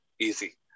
easy